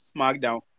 Smackdown